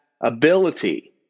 ability